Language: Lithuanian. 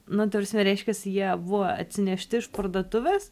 nu ta prasme reiškiasi jie buvo atsinešti iš parduotuvės